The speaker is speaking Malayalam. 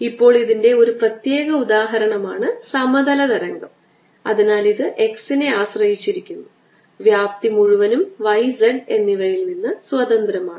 ഇപ്പോൾ ഇതിന്റെ ഒരു പ്രത്യേക ഉദാഹരണമാണ് സമതല തരംഗം അതിനാൽ ഇത് x നെ ആശ്രയിച്ചിരിക്കുന്നു വ്യാപ്തി മുഴുവനും y z എന്നിവയിൽ നിന്ന് സ്വതന്ത്രമാണ്